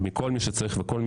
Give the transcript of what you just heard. אני מזמין את כל מי שרוצה להירתם.